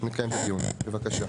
ונקיים את הדיון, בבקשה.